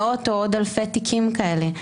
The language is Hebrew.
מאות או עוד אלפי תיקים כאלה.